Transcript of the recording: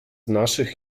naszych